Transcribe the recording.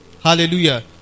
Hallelujah